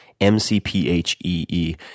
M-C-P-H-E-E